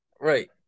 right